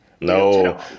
No